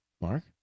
Mark